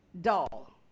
dull